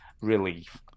relief